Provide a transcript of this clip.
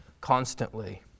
constantly